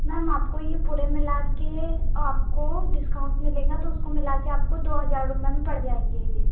ma'am आपको ये पूरे मिला के आपको डिस्काउंट मिलेगा तो उसको मिला के आपको दो हजार रुपए में पड़ जाएंगे ये